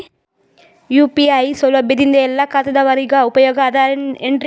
UPI ಸೌಲಭ್ಯದಿಂದ ಎಲ್ಲಾ ಖಾತಾದಾವರಿಗ ಉಪಯೋಗ ಅದ ಏನ್ರಿ?